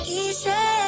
easy